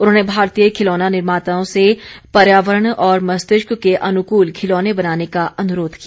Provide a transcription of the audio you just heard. उन्होंने भारतीय खिलौना निर्माताओं से पर्यावरण और मस्तिष्क के अनुकूल खिलौने बनाने का अनुरोध किया